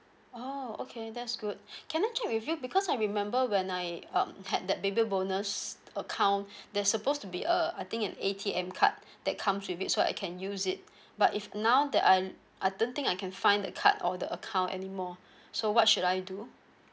oh okay that's good can I check with you because I remember when I um had that baby bonus account there's supposed to be err I think an A_T_M card that comes with it so I can use it but if now that I don't think I can find the card or the account anymore so what should I do